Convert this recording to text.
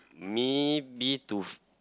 me